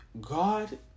God